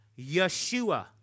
Yeshua